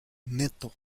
neto